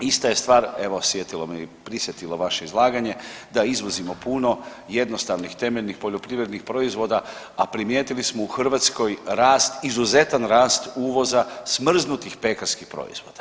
Ista je stvar, evo sjetilo me i prisjetilo vaše izlaganje da izvozimo puno jednostavnih, temeljnih poljoprivrednih proizvoda, a primijetili smo u Hrvatskoj rast, izuzetan rast uvoza smrznutih pekarskih proizvoda.